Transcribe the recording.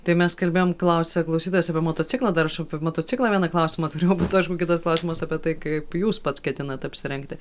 tai mes kalbėjom klausė klausytojas apie motociklą dar aš apie motociklą vieną klausimą turio o po to aišku kitas klausimas apie tai kaip jūs pats ketinat apsirengti